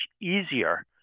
easier